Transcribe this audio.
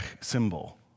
symbol